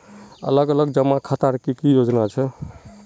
अलग अलग जमा खातार की की योजना छे?